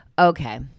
Okay